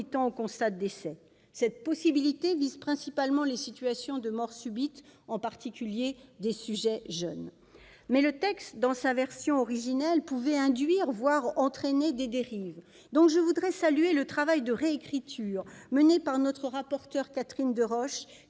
au constat de décès ; cette possibilité vise principalement les situations de mort subite, en particulier des sujets jeunes. Mais le texte, dans sa version originelle, pouvait induire, voire entraîner des dérives. Aussi, je salue le travail de réécriture mené par notre rapporteur Catherine Deroche,